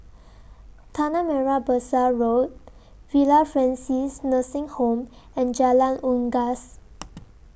Tanah Merah Besar Road Villa Francis Nursing Home and Jalan Unggas